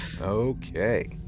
Okay